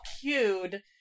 cued